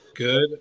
Good